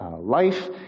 life